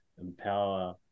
empower